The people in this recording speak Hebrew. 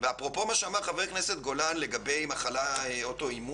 ואפרופו מה שחבר הכנסת גולן אמר לגבי מחלה אוטואימונית,